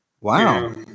Wow